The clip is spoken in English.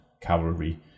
cavalry